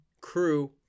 crew